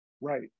Right